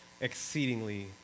exceedingly